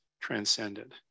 transcended